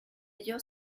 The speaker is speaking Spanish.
ello